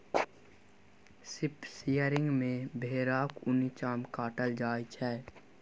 sheep shearing मे भेराक उनी चाम काटल जाइ छै